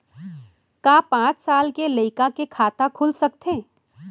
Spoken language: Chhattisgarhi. का पाँच साल के लइका के खाता खुल सकथे?